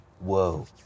Whoa